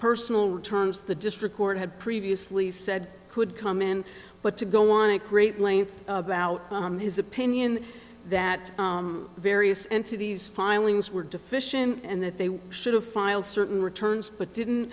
personal terms the district court had previously said could come in but to go on a great length about his opinion that various entities filings were deficient and that they should have filed certain returns but didn't